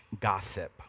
gossip